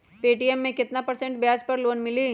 Paytm मे केतना percent ब्याज पर लोन मिली?